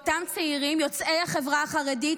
אותם צעירים יוצאי החברה החרדית,